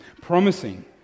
promising